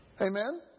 Amen